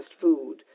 food